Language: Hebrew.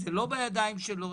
זה לא צריך להיות בידיים שלו,